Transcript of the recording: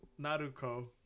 Naruko